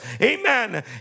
Amen